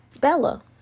Bella